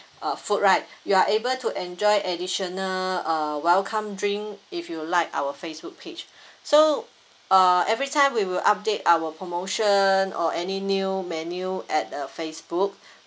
uh food right you are able to enjoy additional uh welcome drink if you like our Facebook page so uh every time we will update our promotion or any new menu at uh Facebook